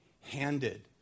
handed